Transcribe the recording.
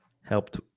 helped